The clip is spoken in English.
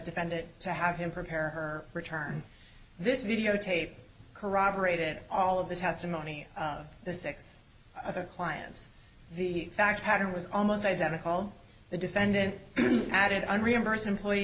defendant to have him prepare her return this videotape corroborated all of the testimony of the six other clients the fact pattern was almost identical the defendant had it on reimburse employee